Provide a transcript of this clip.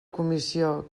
comissió